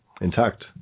intact